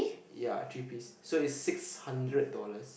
ya three piece so it's six hundred dollars